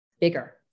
bigger